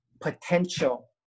potential